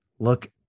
Look